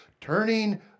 turning